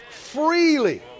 Freely